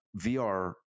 VR